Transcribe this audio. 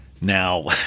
Now